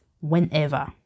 whenever